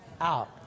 out